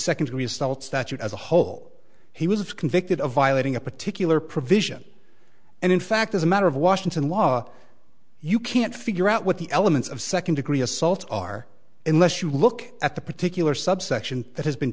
second results that as a whole he was convicted of violating a particular provision and in fact as a matter of washington law you can't figure out what the elements of second degree assault are unless you look at the particular subsection that has been